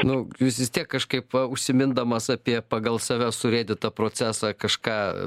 nu jūs vis tiek kažkaip va užsimindamas apie pagal save surėdytą procesą kažką